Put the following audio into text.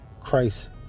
Christ